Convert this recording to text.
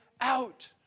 out